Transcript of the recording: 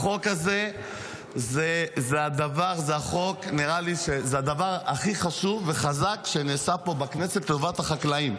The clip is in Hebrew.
החוק הזה זה הדבר הכי חשוב וחזק שנעשה פה בכנסת לטובת החקלאים.